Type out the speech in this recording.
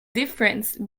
difference